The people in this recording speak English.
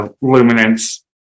luminance